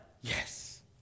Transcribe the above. yes